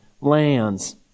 lands